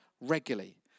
regularly